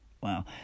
wow